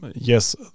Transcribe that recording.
yes